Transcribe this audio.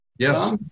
Yes